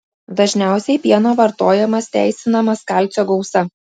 dažniausiai pieno vartojamas teisinamas kalcio gausa